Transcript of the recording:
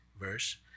verse